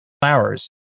flowers